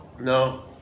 No